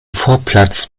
vorplatz